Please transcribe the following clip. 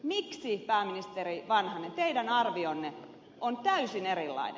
miksi pääministeri vanhanen teidän arvionne on täysin erilainen